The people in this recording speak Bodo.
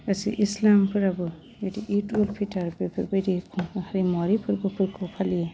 फारसे इश्लामफोराबो बिदिनो इद बेफोरबायदि खुफुं हारिमारि फोरबोफोरखौ फालियो